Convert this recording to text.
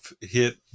hit